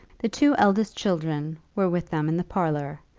the two eldest children were with them in the parlour,